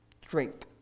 drink